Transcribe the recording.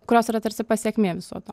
kurios yra tarsi pasekmė viso to